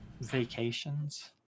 vacations